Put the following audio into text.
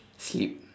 sleep